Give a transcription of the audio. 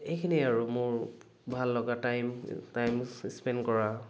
এইখিনিয়েই আৰু মোৰ ভাল লগা টাইম টাইম স্পেণ্ড কৰা